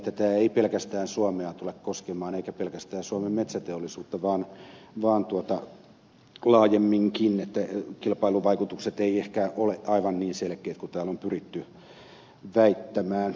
tämä ei pelkästään suomea tule koskemaan eikä pelkästään suomen metsäteollisuutta vaan laajemminkin niin että kilpailuvaikutukset eivät ehkä ole aivan niin selkeät kuin täällä on pyritty väittämään